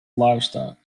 livestock